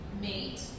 mate